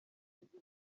yagize